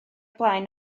blaen